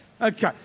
Okay